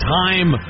time